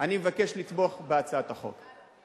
אני מבקש לתמוך בהצעת החוק.